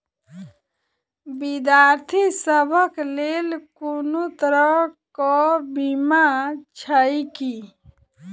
विद्यार्थी सभक लेल कोनो तरह कऽ बीमा छई की?